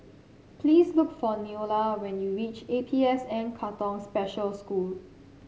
please look for Neola when you reach A P S N Katong Special School